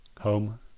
Home